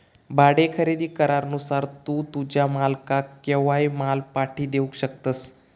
भाडे खरेदी करारानुसार तू तुझ्या मालकाक केव्हाय माल पाटी देवक शकतस